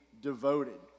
devoted